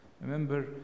Remember